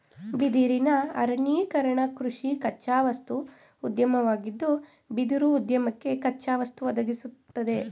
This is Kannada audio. ಬಿದಿರಿನ ಅರಣ್ಯೀಕರಣಕೃಷಿ ಕಚ್ಚಾವಸ್ತು ಉದ್ಯಮವಾಗಿದ್ದು ಬಿದಿರುಉದ್ಯಮಕ್ಕೆ ಕಚ್ಚಾವಸ್ತು ಒದಗಿಸ್ತದೆ